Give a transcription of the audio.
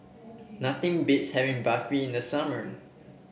nothing beats having Barfi in the summer